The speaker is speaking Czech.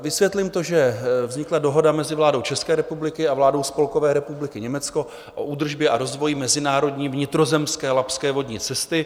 Vysvětlím to, že vznikla dohoda mezi vládou České republiky a vládou Spolkové republiky Německo o údržbě a rozvoji mezinárodní vnitrozemské labské vodní cesty.